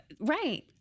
Right